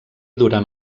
durant